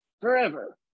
forever